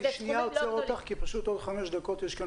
אני עוצר אותך כי עוד חמש דקות יש כאן